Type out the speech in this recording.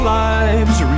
lives